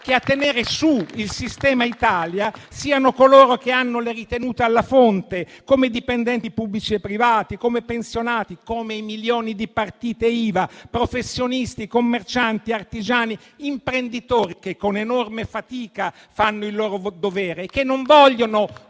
che a tenere su il sistema Italia siano coloro che hanno le ritenute alla fonte, come i dipendenti pubblici e privati, come i pensionati, come i milioni di partite IVA, professionisti, commercianti, artigiani, imprenditori che con enorme fatica fanno il loro dovere e non vogliono